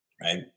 right